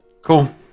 Cool